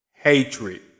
hatred